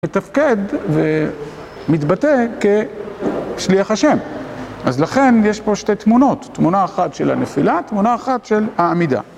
מתפקד ומתבטא כשליח השם. אז לכן יש פה שתי תמונות, תמונה אחת של הנפילה, תמונה אחת של העמידה.